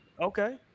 Okay